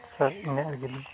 ᱤᱱᱟᱹ ᱜᱮᱞᱤᱧ